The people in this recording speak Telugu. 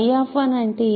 𝚽 అంటే ఏమిటి